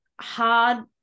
hard